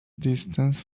distance